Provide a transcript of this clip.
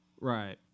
Right